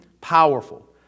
powerful